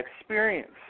experience